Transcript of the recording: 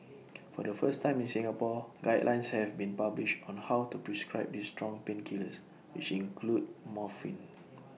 for the first time in Singapore guidelines have been published on how to prescribe these strong painkillers which include morphine